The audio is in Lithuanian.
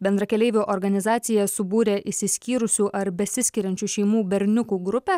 bendrakeleivių organizacija subūrė išsiskyrusių ar besiskiriančių šeimų berniukų grupę